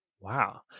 Wow